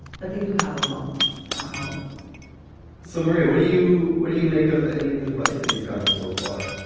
but they do have a mom at home so, mary, what do you what do you make of any of the advice that you've gotten so far?